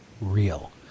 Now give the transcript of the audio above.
real